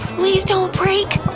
please don't break!